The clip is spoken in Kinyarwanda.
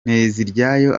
nteziryayo